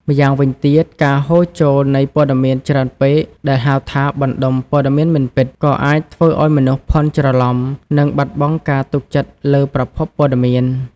ម្យ៉ាងវិញទៀត ការហូរចូលនៃព័ត៌មានច្រើនពេកដែលហៅថា បណ្តុំព័ត៌មានមិនពិត ក៏អាចធ្វើឲ្យមនុស្សភាន់ច្រឡំនិងបាត់បង់ការទុកចិត្តលើប្រភពព័ត៌មាន។